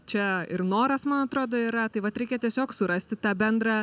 čia ir noras man atrodo yra tai vat reikia tiesiog surasti tą bendrą